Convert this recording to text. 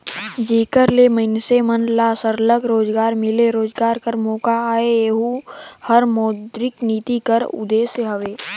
जेकर ले मइनसे मन ल सरलग रोजगार मिले, रोजगार कर मोका आए एहू हर मौद्रिक नीति कर उदेस हवे